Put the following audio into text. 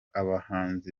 abahanzi